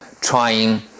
trying